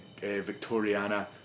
Victoriana